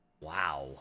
Wow